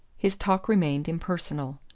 his talk remained impersonal.